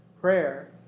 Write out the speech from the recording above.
Prayer